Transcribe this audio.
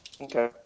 okay